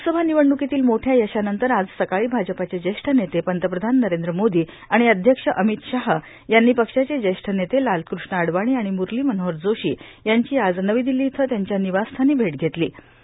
लोकसभा निवडण्कोतील मोठ्या यशानंतर आज सकाळी भाजपचे ज्येष्ठ नेते पंतप्रधान नरद्र मोदां आणि अध्यक्ष र्आमत शहा यांनी पक्षाचे ज्येष्ठ नेते लालकृष्ण अडवाणी आर्माण मुरलो मनोहर जोशी यांची आज नवी दिल्लो इथं त्यांच्या र्मानवासस्थानी भेट घेतलों